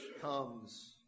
comes